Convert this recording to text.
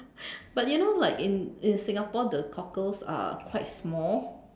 but you know like in in Singapore the cockles are quite small